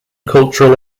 cultural